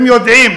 הם יודעים.